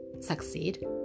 Succeed